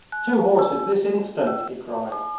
two horses, this instant! he cried.